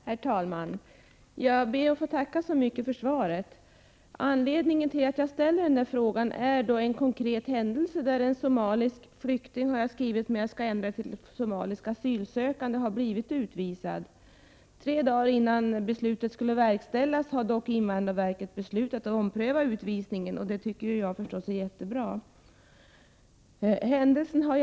Herr talman! Jag ber att få tacka så mycket för svaret. Anledningen till att jag ställer frågan är en konkret händelse, där en somalisk asylsökande har blivit utvisad. Tre dagar innan beslutet skulle verkställas beslutade dock invandrarverket att ompröva utvisningen, och det är mycket bra.